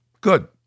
Good